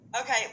Okay